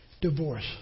Divorce